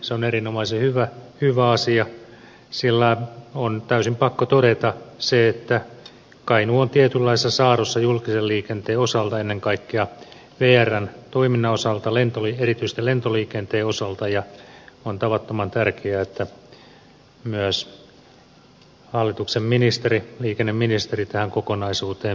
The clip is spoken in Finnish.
se on erinomaisen hyvä asia sillä on täysin pakko todeta se että kainuu on tietynlaisessa saarrossa julkisen liikenteen osalta ennen kaikkea vrn toiminnan osalta ja erityisesti lentoliikenteen osalta ja on tavattoman tärkeää että myös hallituksen liikenneministeri tähän kokonaisuuteen perehtyy